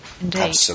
Indeed